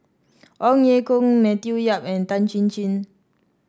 Ong Ye Kung Matthew Yap and Tan Chin Chin